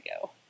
go